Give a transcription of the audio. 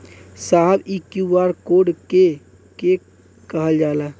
साहब इ QR code के के कहल जाला?